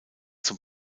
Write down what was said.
zum